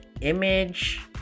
image